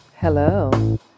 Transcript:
Hello